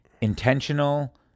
intentional